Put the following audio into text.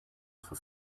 for